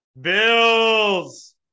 Bills